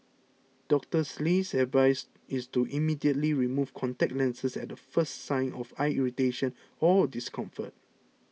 Doctor Lee's advice is to immediately remove contact lenses at the first sign of eye irritation or discomfort